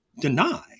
deny